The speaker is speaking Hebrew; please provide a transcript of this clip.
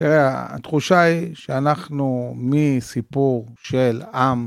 תראה התחושה היא שאנחנו מסיפור של עם